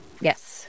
Yes